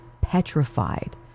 petrified